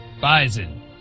bison